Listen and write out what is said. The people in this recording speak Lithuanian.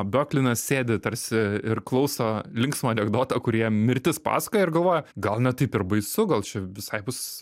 bioklinas sėdi tarsi ir klauso linksmą anekdotą kurį jam mirtis pasakoja ir galvoja gal ne taip ir baisu gal čia visai bus